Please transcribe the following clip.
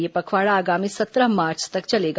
यह पखवाड़ा आगामी सत्रह मार्च तक चलेगा